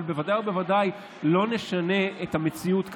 אבל בוודאי ובוודאי לא נשנה את המציאות כרגע.